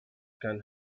can